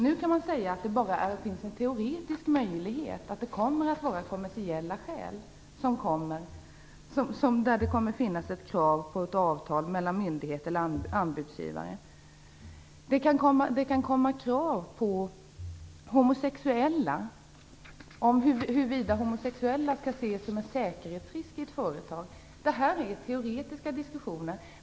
Nu kan sägas att det bara finns en teoretisk möjlighet att det av kommersiella skäl kommer att finnas krav på ett avtal mellan myndigheter och anbudsgivare. Men det kan även gälla huruvida homosexuella skall ses som en säkerhetsrisk i ett företag. Det är teoretiska diskussioner.